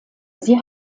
sie